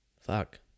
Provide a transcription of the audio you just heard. Fuck